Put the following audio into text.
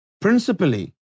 principally